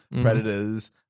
Predators